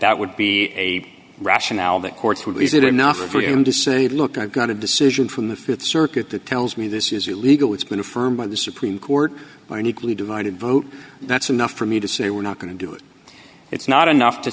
that would be a rationale that courts would use it enough for him to say look i've got a decision from the th circuit that tells me this is it legal it's been affirmed by the supreme court or an equally divided vote that's enough for me to say we're not going to do it it's not enough to